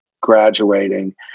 graduating